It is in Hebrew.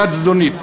יד זדונית.